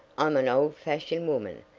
i'm an old-fashioned woman.